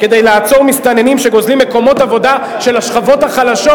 שקל כדי לעצור מסתננים שגוזלים מקומות עבודה של השכבות החלשות,